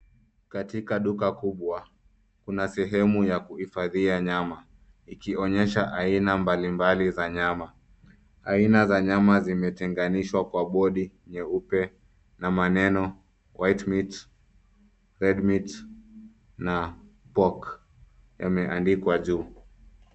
Katika duka kubwa kuna sehemu ya kuhifadhia nyama ikionyesha aina mbalimbali za nyama. Aina za nyama zimetegeneshwa kwa board nyeupe na maneno white meat, red meat na pork yameandikwa juu.